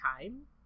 time